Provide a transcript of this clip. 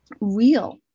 real